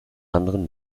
anderen